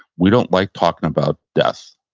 we don't like talking about death.